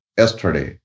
yesterday